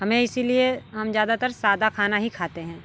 हमें इसी लिए हम ज़्यादातर सादा खाना ही खाते हैं